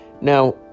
Now